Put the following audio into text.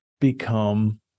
become